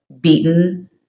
beaten